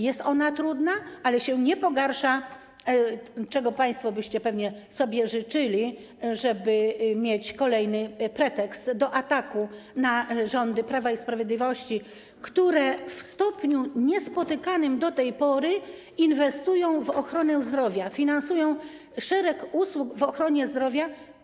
Jest ona trudna, ale się nie pogarsza, czego państwo byście pewnie sobie życzyli, żeby mieć kolejny pretekst do ataku na rządy Prawa i Sprawiedliwości, które w stopniu niespotykanym do tej pory inwestują w ochronę zdrowia, finansują szereg usług w ochronie zdrowia.